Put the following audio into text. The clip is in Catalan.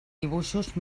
dibuixos